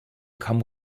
come